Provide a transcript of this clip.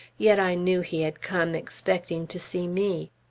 yet i knew he had come expecting to see me.